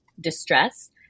distress